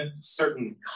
certain